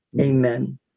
Amen